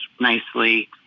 nicely